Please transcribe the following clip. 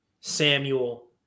Samuel